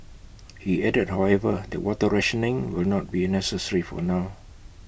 he added however that water rationing will not be necessary for now